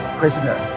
prisoner